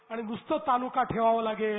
आणि नुस्त तालुका ठेवावा लागेल